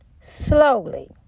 slowly